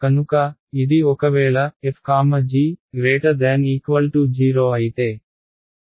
కనుక ఇది ఒకవేళ fg≥0 అయితే f g ఆర్తోగోనల్ అవుతాయి